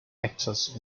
actors